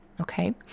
okay